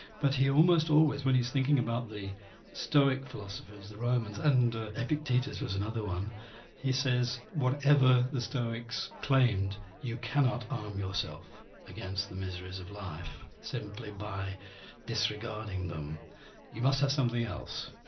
but he almost always, when he's thinking about the stoic philosophers, the romans and epictetus was another one he says, whatever the stoics claimed, you cannot arm yourself against the miseries of life simply by disregarding them you must have something else.